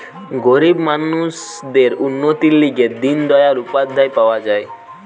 গরিব মানুষদের উন্নতির লিগে দিন দয়াল উপাধ্যায় পাওয়া যায়